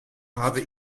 habe